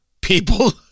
people